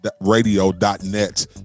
Radio.net